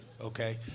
Okay